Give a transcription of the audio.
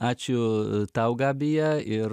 ačiū tau gabija ir